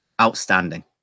outstanding